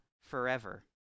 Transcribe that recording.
forever